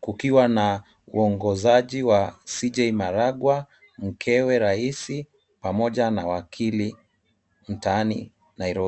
kukiwa na uongozaji wa CJ Maraga, mkewe rais pamoja na wakili mtaani Nairobi.